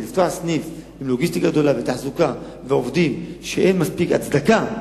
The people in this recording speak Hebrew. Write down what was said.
כי לפתוח סניף עם לוגיסטיקה גדולה ותחזוקה ועובדים כשאין מספיק הצדקה,